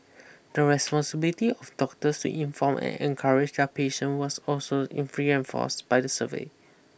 the responsibility of doctors to inform and encourage their patient was also in reinforced by the survey